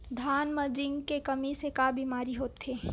धान म जिंक के कमी से का बीमारी होथे?